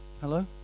Hello